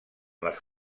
les